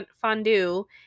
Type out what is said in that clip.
fondue